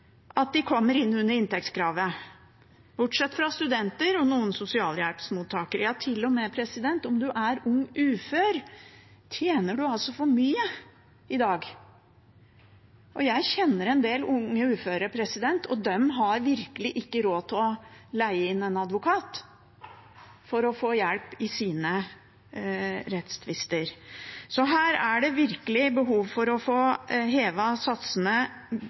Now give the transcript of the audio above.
at de kommer inn under inntektskravet, bortsett fra studenter og noen sosialhjelpsmottakere. Ja, til og med om man er ung ufør, tjener man altså for mye i dag. Jeg kjenner en del unge uføre, og de har virkelig ikke råd til å leie inn en advokat for å få hjelp i sine rettstvister. Så her er det virkelig behov for å få hevet satsene